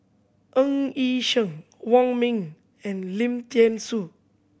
Ng Yi Sheng Wong Ming and Lim Thean Soo